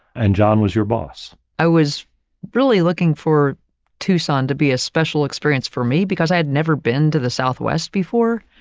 and john was your boss. i was really looking for tucson to be a special experience for me because i had never been to the southwest before.